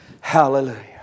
Hallelujah